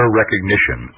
recognition